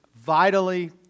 Vitally